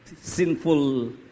sinful